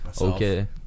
Okay